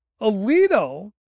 alito